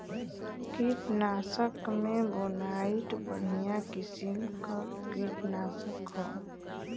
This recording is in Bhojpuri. कीटनाशक में बोनाइट बढ़िया किसिम क कीटनाशक हौ